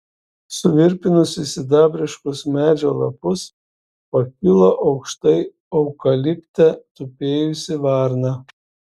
suvirpinusi sidabriškus medžio lapus pakilo aukštai eukalipte tupėjusi varna